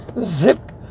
zip